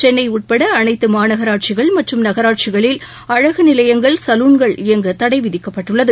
சென்னை உட்பட அனைத்து மாநகராட்சிகள் மற்றும் நகராட்சிகளில் அழகு நிலையங்கள் சலூன்கள் இயங்க தடை விதிக்கப்பட்டுள்ளது